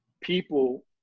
people